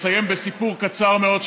אני אסיים בסיפור קצר מאוד,